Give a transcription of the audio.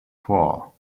four